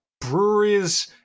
breweries